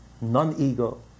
non-ego